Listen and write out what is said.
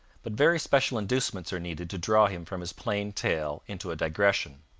but very special inducements are needed to draw him from his plain tale into a digression.